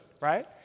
right